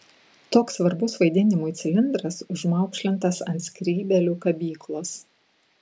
toks svarbus vaidinimui cilindras užmaukšlintas ant skrybėlių kabyklos